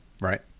Right